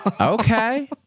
Okay